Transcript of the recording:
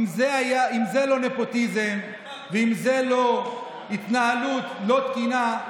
אם זה לא נפוטיזם ואם זו לא התנהלות לא תקינה,